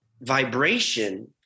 vibration